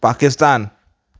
Pakistan